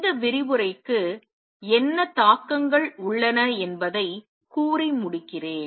இந்த விரிவுரைக்கு என்ன தாக்கங்கள் உள்ளன என்பதைக் கூறி முடிக்கிறேன்